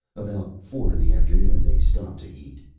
about four in the afternoon they stopped to eat.